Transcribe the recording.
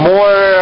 More